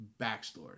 backstory